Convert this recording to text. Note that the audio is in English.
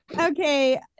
okay